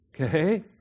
okay